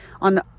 on